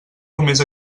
només